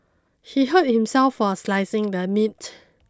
he hurt himself while slicing the meat